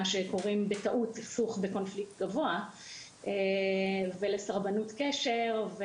מה שנקרא בטעות סכסוך בקונפליקט גבוה ולסרבנות קשר.